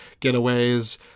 getaways